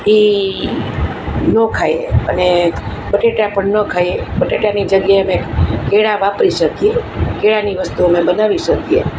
એ ન ખાય અને બટાકા પણ ન ખાઈએ બટાકાની જગ્યાએ અમે કેળા વાપરી શકીએ કેળાની વસ્તુ અમે બનાવી શકીએ